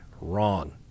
wrong